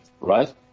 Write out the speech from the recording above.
right